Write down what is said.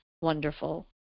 wonderful